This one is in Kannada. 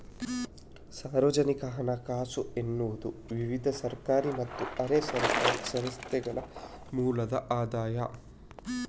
ಸಾರ್ವಜನಿಕ ಹಣಕಾಸು ಎನ್ನುವುದು ವಿವಿಧ ಸರ್ಕಾರಿ ಮತ್ತೆ ಅರೆ ಸರ್ಕಾರಿ ಸಂಸ್ಥೆಗಳ ಮೂಲದ ಆದಾಯ